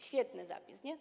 Świetny zapis, nie?